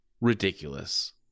ridiculous